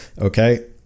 okay